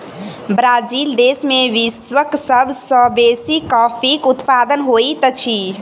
Brazil देश में विश्वक सब सॅ बेसी कॉफ़ीक उत्पादन होइत अछि